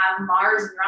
Mars